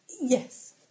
Yes